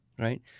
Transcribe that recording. Right